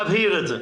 תבהיר את זה.